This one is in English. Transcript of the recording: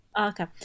Okay